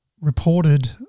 reported